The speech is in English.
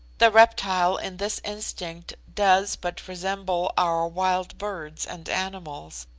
the reptile in this instinct does but resemble our wild birds and animals,